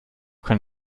kann